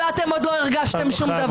אני לא צריך את הציונים שלך.